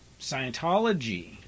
scientology